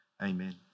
amen